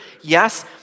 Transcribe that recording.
Yes